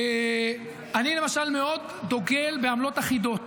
אני, למשל, מאוד דוגל בעמלות אחידות.